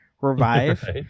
revive